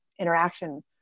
interaction